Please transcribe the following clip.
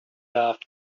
loved